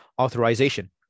Authorization